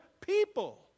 people